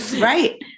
Right